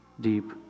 deep